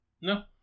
No